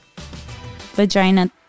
vagina